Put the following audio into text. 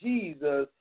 Jesus